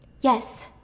Yes